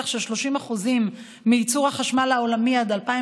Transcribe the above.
של 30% מייצור החשמל העולמי עד 2023,